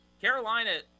Carolina